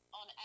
on